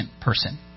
person